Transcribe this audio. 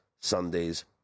Sunday's